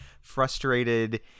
frustrated